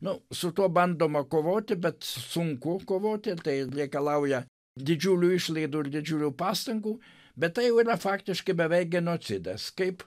nu su tuo bandoma kovoti bet sunku kovoti ir tai reikalauja didžiulių išlaidų ir didžiulių pastangų bet tai jau yra faktiškai beveik genocidas kaip